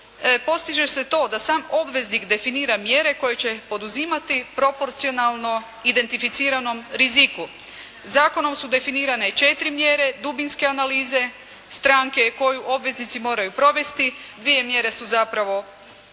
postiže se to da sam obveznik definira mjere koje će poduzima proporcionalno identificiranom riziku. Zakonom su definirane i 4 mjere dubinske analize stranke koju obveznici moraju provesti. Dvije mjere su zapravo prenesene,